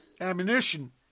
ammunition